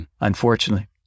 unfortunately